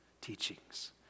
teachings